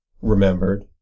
remembered